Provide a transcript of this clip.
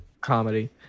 comedy